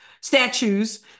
statues